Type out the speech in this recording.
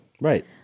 Right